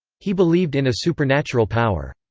he believed in a supernatural power.